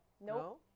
no